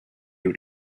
what